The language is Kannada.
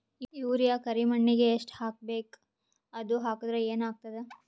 ಯೂರಿಯ ಕರಿಮಣ್ಣಿಗೆ ಎಷ್ಟ್ ಹಾಕ್ಬೇಕ್, ಅದು ಹಾಕದ್ರ ಏನ್ ಆಗ್ತಾದ?